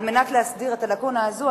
על מנת להסדיר את הלקונה הזאת,